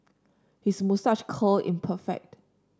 his moustache curl in perfect